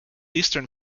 eastern